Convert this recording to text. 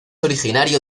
originario